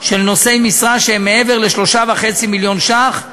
של נושאי משרה שהם מעבר ל-3.5 מיליון ש"ח,